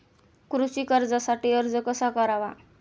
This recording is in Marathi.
कृषी कर्जासाठी अर्ज कसा करावा?